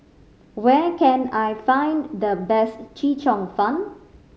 where can I find the best Chee Cheong Fun